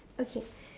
okay